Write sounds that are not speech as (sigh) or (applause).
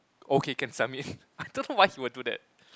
okay can submit (laughs) I don't know why he will do that